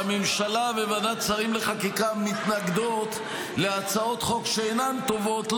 והממשלה וועדת השרים לחקיקה מתנגדות להצעות חוק שאינן טובות,